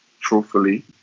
truthfully